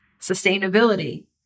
sustainability